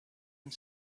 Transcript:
and